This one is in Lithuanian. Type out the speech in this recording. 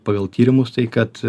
pagal tyrimus tai kad